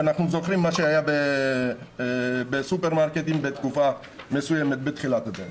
ואנחנו זוכרים מה היה בסופרמרקטים בתקופה מסוימת בתחילת הקורונה.